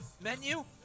menu